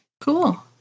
Cool